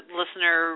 listener